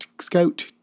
scout